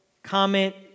Comment